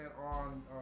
on